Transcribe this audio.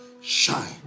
shine